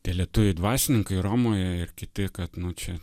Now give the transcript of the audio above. tie lietuviai dvasininkai romoje ir kiti kad nu čia